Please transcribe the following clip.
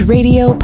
Radio